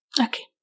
Okay